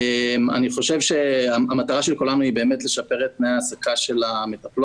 אני חושב שהמטרה של כולנו היא באמת לשפר את תנאי ההעסקה של המטפלות